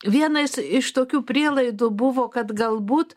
vienas iš tokių prielaidų buvo kad galbūt